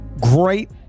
great